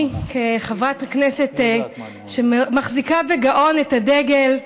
אני, כחברת הכנסת שמחזיקה בגאון את הדגל,